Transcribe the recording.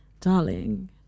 Darling